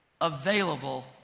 available